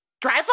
Drive